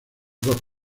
dos